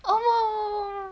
oh no